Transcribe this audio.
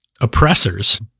oppressors